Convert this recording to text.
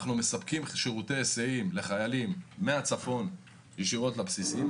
אנחנו מספקים שירותי היסעים לחיילים מהצפון ישירות לבסיסים.